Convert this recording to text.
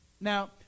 Now